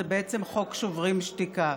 זה בעצם "חוק שוברים שתיקה",